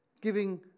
giving